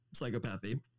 psychopathy